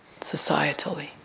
societally